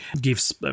gives